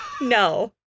No